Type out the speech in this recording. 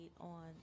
on